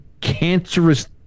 cancerous